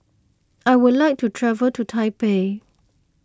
I would like to travel to Taipei